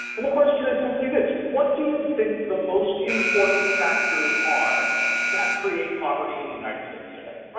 and the question is simply this, what do you think the most important factors are that create poverty in the united states today? right,